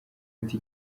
ati